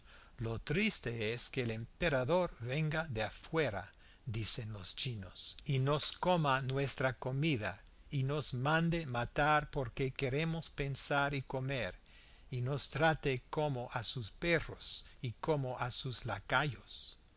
lo triste es que el emperador venga de afuera dicen los chinos y nos coma nuestra comida y nos mande matar porque queremos pensar y comer y nos trate como a sus perros y como a sus lacayos